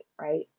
right